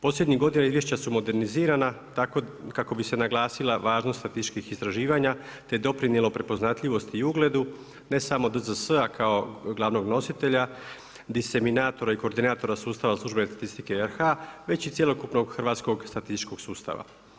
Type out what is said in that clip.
Posljednjih godina izvješća su modernizirana tako kako bi se naglasila važnost statističkih istraživanja te doprinijelo prepoznatljivosti i ugledu, ne samo DZS-a kao glavnog nositelja, diseminatora i koordinatora sustava službene statistike RH, već i cjelokupnog hrvatskog statističkog sustava.